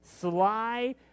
sly